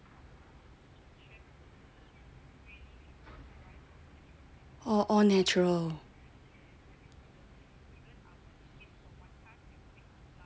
orh all natural